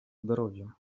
здоровьем